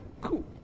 cool